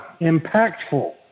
impactful